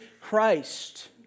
Christ